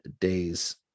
days